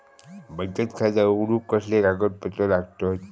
बचत खाता उघडूक कसले कागदपत्र लागतत?